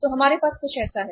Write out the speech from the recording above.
तो हमारे पास कुछ ऐसा है